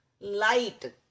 light